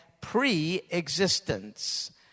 pre-existence